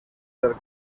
del